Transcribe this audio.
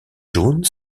jaune